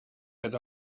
had